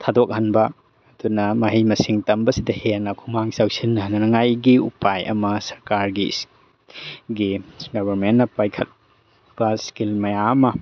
ꯊꯥꯗꯣꯛꯍꯟꯕ ꯑꯗꯨꯅ ꯃꯍꯩ ꯃꯁꯤꯡ ꯇꯝꯕꯁꯤꯗ ꯍꯦꯟꯅ ꯈꯨꯃꯥꯡ ꯆꯥꯎꯁꯤꯟ ꯍꯟꯅꯅꯤꯡꯉꯥꯏꯒꯤ ꯎꯄꯥꯏ ꯑꯃ ꯁꯔꯀꯥꯔꯒꯤ ꯒꯕꯔꯃꯦꯟꯅ ꯄꯥꯏꯈꯠꯄ ꯏꯁꯀꯤꯜ ꯃꯌꯥꯝ ꯑꯃ